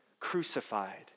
crucified